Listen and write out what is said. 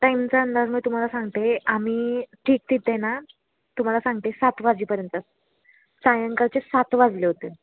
टाईमचा अंदाज मी तुम्हाला सांगते आम्ही ठीक तिथे ना तुम्हाला सांगते सात वाजेपर्यंत सायंकाळचे सात वाजले होते